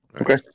Okay